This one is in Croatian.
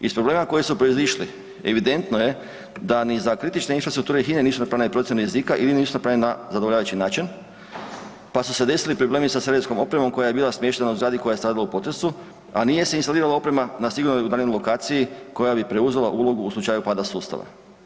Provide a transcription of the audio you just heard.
Iz problema koji su proizišli evidentno je da ni za kritičke infrastrukture HINE nisu napravljene procjene rizika ili nisu napravljene na zadovoljavajući način, pa su se desili problemi sa serijskom opremom koja je bila smještena u zgradi koja je stradala u potresu, a nije se instalirala oprema na sigurnoj i udaljenoj lokaciji koja bi preuzela ulogu u slučaju pada sustava.